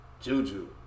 Juju